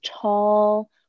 tall